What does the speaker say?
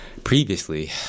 Previously